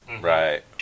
right